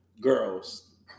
girls